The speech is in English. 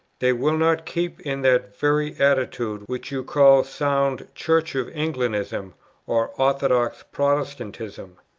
they will not keep in that very attitude which you call sound church-of-englandism or orthodox protestantism.